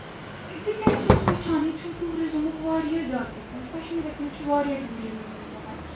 وُنکیٚنس چھِ أسۍ وُچھان ییٚتہِ چھُ ٹیورِزٕمُک واریاہ زیادٕ اِنفٕلنس کَشمیٖرَس منٛز چھُ واریاہ ٹیورِزٕم وُنکیٚنَس